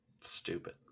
Stupid